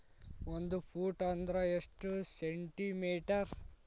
ಒಂದು ಫೂಟ್ ಅಂದ್ರ ಎಷ್ಟು ಸೆಂಟಿ ಮೇಟರ್?